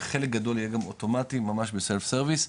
חלק גדול יהיה גם אוטומטי ממש ב-self service,